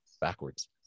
backwards